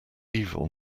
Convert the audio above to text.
evil